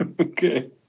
Okay